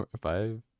five